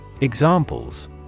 Examples